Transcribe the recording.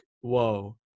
whoa